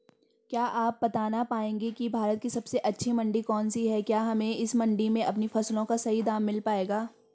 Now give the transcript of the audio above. क्या आप बताना पाएंगे कि भारत की सबसे अच्छी मंडी कौन सी है क्या हमें इस मंडी में अपनी फसलों का सही दाम मिल पायेगा?